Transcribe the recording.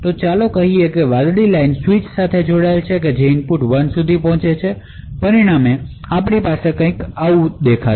હવે ચાલો કહીએ કે વાદળી રેખા સ્વીચ સાથે જોડાયેલ છે જે ઇનપુટ પહેલા પહોંચે છે પરિણામે આપણી પાસે કંઈક એવું હશે જે દેખાય છે